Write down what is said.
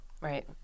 right